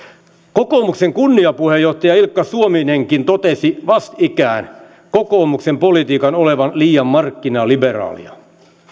kokoomuksen kunniapuheenjohtaja ilkka suominenkin totesi vastikään kokoomuksen politiikan olevan liian markkinaliberaalia